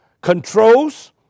controls